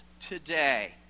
today